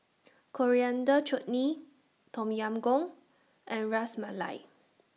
Coriander Chutney Tom Yam Goong and Ras Malai